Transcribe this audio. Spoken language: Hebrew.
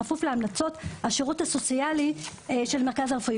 בכפוף להמלצות השירות הסוציאלי של המרכז הרפואי.